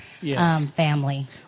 family